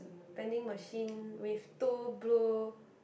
vending machine with two blue